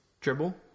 dribble